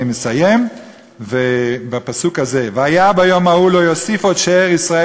אני מסיים בפסוק הזה: "והיה ביום ההוא לא יוסיף עוד שאר ישראל